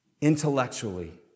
Intellectually